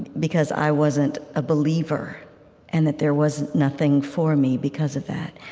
because i wasn't a believer and that there was nothing for me because of that.